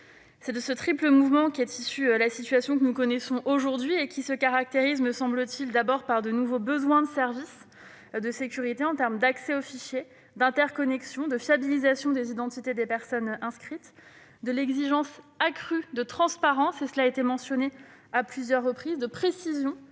C'est de ce triple mouvement qu'est issue la situation que nous connaissons aujourd'hui. Elle se caractérise, me semble-t-il, par de nouveaux besoins des services de sécurité en termes d'accès aux fichiers, d'interconnexion, de fiabilisation des identités des personnes inscrites, d'exigence accrue de transparence et de précision, cela a été mentionné à plusieurs reprises, sur chacun